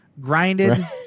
Grinded